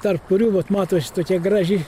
tarp kurių vot matosi tokia graži